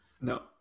no